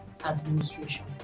administration